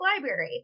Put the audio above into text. library